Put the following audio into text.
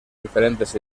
diferentes